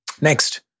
Next